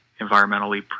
environmentally